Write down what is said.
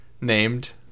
named